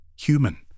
human